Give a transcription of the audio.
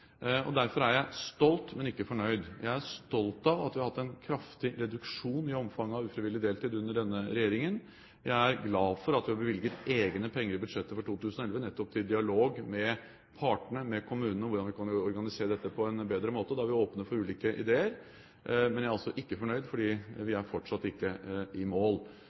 Derfor er jeg stolt, men ikke fornøyd. Jeg er stolt av at vi har hatt en kraftig reduksjon i omfanget av ufrivillig deltid under denne regjeringen. Jeg er glad for at vi har bevilget egne penger i budsjettet for 2011 nettopp til dialog med partene, med kommunene om hvordan vi kan organisere dette på en bedre måte. Da er vi åpne for ulike ideer. Men jeg er altså ikke fornøyd, fordi vi er fortsatt ikke i mål.